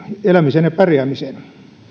elämiseen ja pärjäämiseen